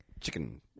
chicken